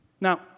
Now